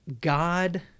God